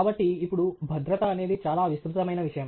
కాబట్టి ఇప్పుడు భద్రత అనేది చాలా విస్తృతమైన విషయం